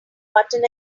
button